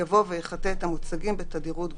יבוא "ויחטא את המוצגים בתדירות גבוהה".